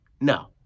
No